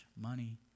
money